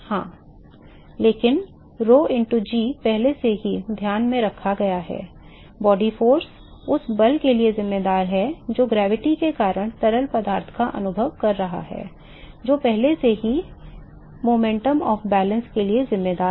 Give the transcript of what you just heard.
हाँ लेकिन rho into g पहले से ही ध्यान में रखा गया है शरीर बल उस बल के लिए जिम्मेदार है जो गुरुत्वाकर्षण के कारण तरल पदार्थ का अनुभव कर रहा है जो पहले से ही संतुलन की गति के लिए जिम्मेदार है